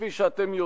כפי שאתם יודעים,